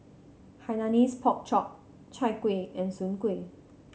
Hainanese Pork Chop Chai Kuih and Soon Kueh